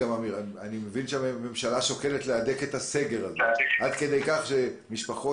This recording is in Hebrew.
אני מבין שהממשלה שוקלת להדק את הסגר הזה עד כדי כך שמשפחות,